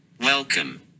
Welcome